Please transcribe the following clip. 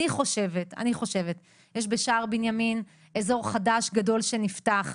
אני חושבת שיש בשער בנימין אזור חדש וגדול שנפתח.